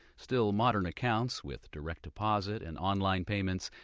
still, modern accounts, with direct deposit and online payments,